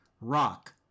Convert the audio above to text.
Rock